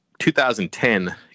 2010